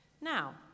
Now